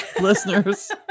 listeners